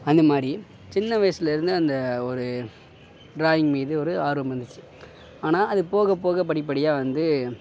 அந்த மாதிரி சின்ன வயசுலிருந்து அந்த ஒரு ட்ராயிங் மீது ஒரு ஆர்வம் இருந்துச்சு ஆனால் அது போகப் போக படிப்படியாக வந்து